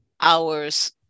hours